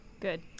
Good